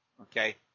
Okay